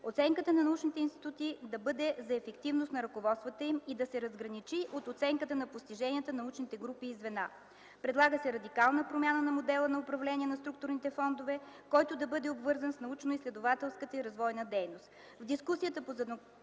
Оценката на научните институции да бъде за ефективност на ръководствата им и да се разграничи от оценката на постиженията на научните групи и звена. Предлага се радикална промяна на модела на управление на структурните фондове, който да бъде обвързан с научноизследователската и развойна дейност. В дискусията по стратегията